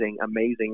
amazing